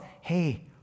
Hey